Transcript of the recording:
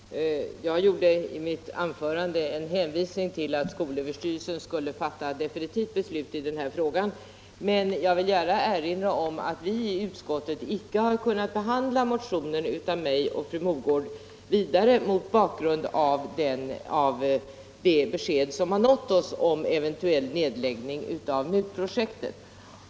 Aage NA Herr talman! Jag gjorde i mitt anförande en hänvisning till att skol Om skolutbildningöverstyrelsen skulle fatta definitivt beslut i den här frågan. Men jag vill — ens framtida gärna erinra om att vi i utskottet icke har kunnat behandla motionen = inriktning av mig och fru Mogård vidare mot bakgrund av det besked som nått oss om eventuell nedläggning av MUT-projektet.